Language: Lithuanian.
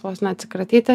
vos ne atsikratyti